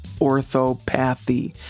orthopathy